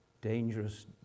dangerous